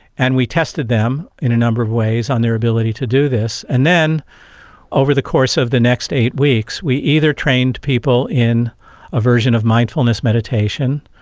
and we tested them in a number of ways on their ability to do this. and then over the course of the next eight weeks we either trained people in a version of mindfulness meditation,